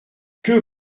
que